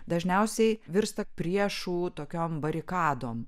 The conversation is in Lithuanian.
dažniausiai virsta priešų tokiom barikadom